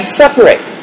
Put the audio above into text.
separate